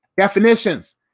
definitions